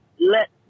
let